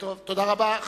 תודה רבה.